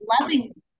loving